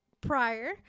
prior